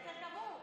בסדר גמור.